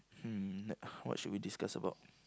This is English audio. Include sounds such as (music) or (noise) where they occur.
hmm (breath) what should we discuss about